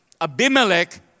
Abimelech